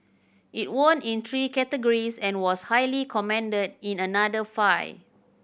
it won in three categories and was highly commended in another five